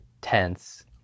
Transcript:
tense